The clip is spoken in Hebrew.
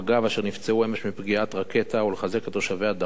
אשר נפצעו אמש מפגיעת רקטה ולחזק את תושבי הדרום,